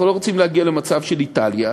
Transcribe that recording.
אנחנו לא רוצים להגיע למצב של איטליה.